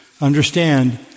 Understand